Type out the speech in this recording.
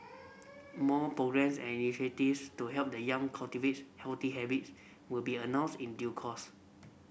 more programmes and initiatives to help the young cultivates healthy habits will be announced in due course